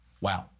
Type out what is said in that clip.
Wow